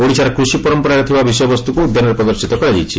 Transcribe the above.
ଓଡ଼ିଶାର କୃଷି ପରମ୍ପରାରେ ଥିବା ବିଷୟବସ୍ତୁକୁ ଉଦ୍ୟାନରେ ପ୍ରଦର୍ଶିତ କରାଯାଇଛି